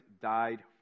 died